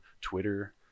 Twitter